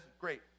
great